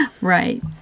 Right